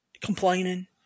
complaining